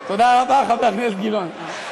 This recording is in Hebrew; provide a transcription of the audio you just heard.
תודה רבה, חבר הכנסת גילאון.